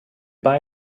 buy